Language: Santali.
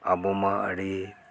ᱟᱵᱚ ᱢᱟ ᱟᱹᱰᱤ